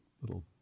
little